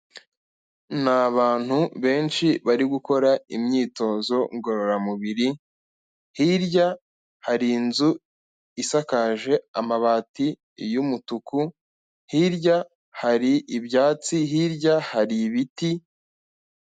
Ni abantu benshi bari gukora imyitozo ngororamubiri, hirya hari inzu isakaje amabati y'umutuku, hirya hari ibyatsi, hirya hari ibiti.